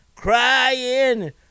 crying